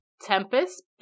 Tempest